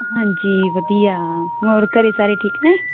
ਹਾਂਜੀ ਵਧੀਆ ਹੋਰ ਸਾਰੇ ਘਰੇ ਠੀਕ ਨੇ